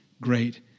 great